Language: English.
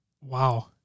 Wow